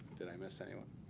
did i miss anyone?